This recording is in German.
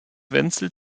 wenzel